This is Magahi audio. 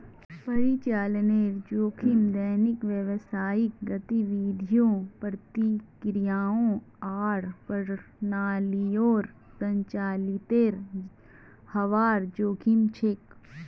परिचालनेर जोखिम दैनिक व्यावसायिक गतिविधियों, प्रक्रियाओं आर प्रणालियोंर संचालीतेर हबार जोखिम छेक